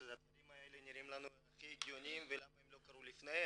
שהדברים האלה נראים לנו הכי הגיוניים ולמה הם לא קרו לפני,